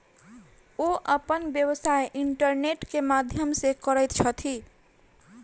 ओ अपन व्यापार इंटरनेट के माध्यम से करैत छथि